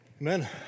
Amen